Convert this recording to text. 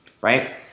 right